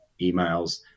emails